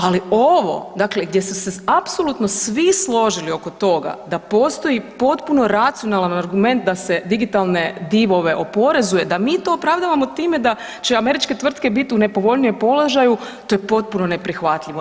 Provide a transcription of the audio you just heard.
Ali ovo, dakle gdje su se apsolutno svi složili oko toga da postoji potpuno racionalan argument da se digitalne divove oporezuje da mi to opravdavamo time da će američke tvrtke bit u nepovoljnijem položaju, to je potpuno neprihvatljivo.